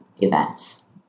events